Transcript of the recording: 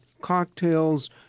cocktails